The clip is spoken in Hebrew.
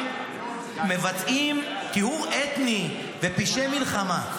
-- שהם מבצעים טיהור אתני ופשעי מלחמה.